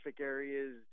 areas